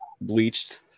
bleached